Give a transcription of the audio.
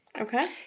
Okay